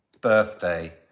birthday